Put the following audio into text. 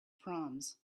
proms